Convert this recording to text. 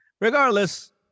regardless